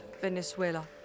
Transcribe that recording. Venezuela